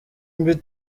mbi